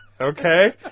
okay